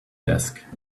desk